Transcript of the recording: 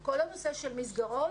כל הנושא של מסגרות,